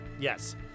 yes